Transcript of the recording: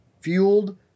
fueled